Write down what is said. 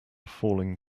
falling